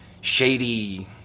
shady